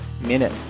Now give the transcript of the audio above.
minute